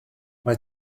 mae